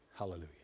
Hallelujah